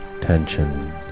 tension